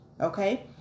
Okay